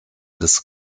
des